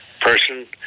person